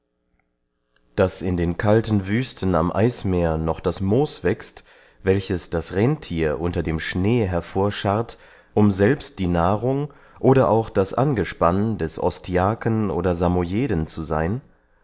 daß in den kalten wüsten am eismeer noch das moos wächst welches das rennthier unter dem schnee hervorscharrt um selbst die nahrung oder auch das angespann des ostiaken oder samojeden zu seyn